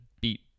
beat